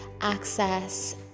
access